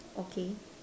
okay